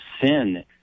sin